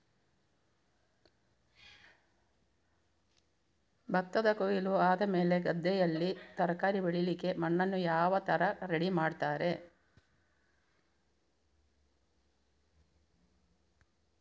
ಭತ್ತದ ಕೊಯ್ಲು ಆದಮೇಲೆ ಗದ್ದೆಯಲ್ಲಿ ತರಕಾರಿ ಬೆಳಿಲಿಕ್ಕೆ ಮಣ್ಣನ್ನು ಯಾವ ತರ ರೆಡಿ ಮಾಡ್ತಾರೆ?